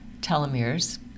telomeres